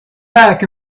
back